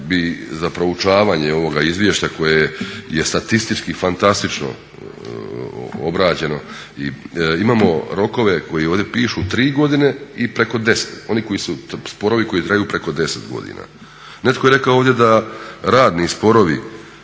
za proučavanje ovoga izvješća koje je statistički fantastično obrađeno, imamo rokove koji ovdje pišu 3 godine i preko 10, oni sporovi koji traju preko 10 godina. Netko je rekao ovdje da radni sporovi,